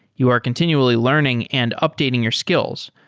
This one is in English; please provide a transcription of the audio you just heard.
you are continually learning and updating your skills,